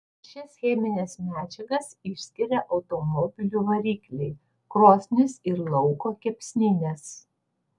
šias chemines medžiagas išskiria automobilių varikliai krosnys ir lauko kepsninės